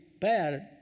bad